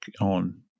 on